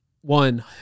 one